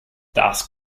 das